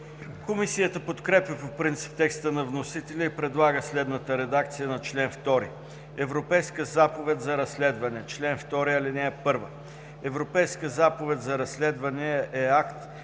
Комисията подкрепя по принцип текста на вносителя и предлага следната редакция на чл. 2: „Европейска заповед за разследване Чл. 2. (1) Европейска заповед за разследване е акт,